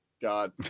God